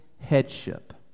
headship